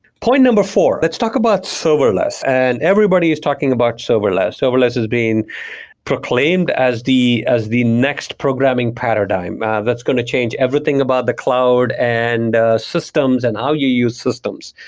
point number four, let's talk about serverless, and everybody is talking about serverless. serverless has being proclaimed as the as the next programming paradigm that's going to change everything about the cloud and systems and how you use systems.